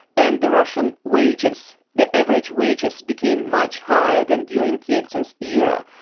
and the russian wages, the average wages, became much higher than during yeltsin's era.